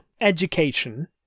education